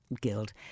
guild